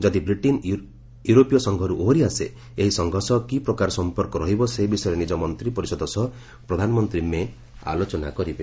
ଯଦି ବ୍ରିଟେନ୍ ୟୁରୋପୀୟ ସଂଘର୍ ଓହରି ଆସେ ଏହି ସଂଘ ସହ କି ପ୍ରକାର ସମ୍ପର୍କ ରହିବ ସେ ବିଷୟରେ ନିଜ ମନ୍ତ୍ରୀ ପରିଷଦ ସହ ପ୍ରଧାନମନ୍ତ୍ରୀ ମେ' ଆଲୋଚନା କରିବେ